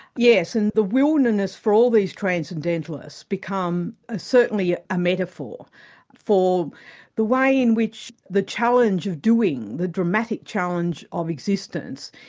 yes, and the wilderness for all these transcendentalists become ah certainly a metaphor for the way in which the challenge of doing, the dramatic challenge of existence,